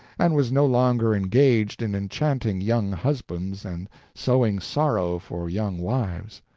and was no longer engaged in enchanting young husbands and sowing sorrow for young wives.